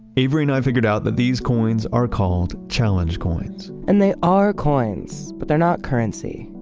avery and i figured out that these coins are called challenge coins and they are coins. but they're not currency.